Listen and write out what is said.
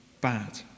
bad